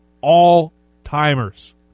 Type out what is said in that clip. all-timers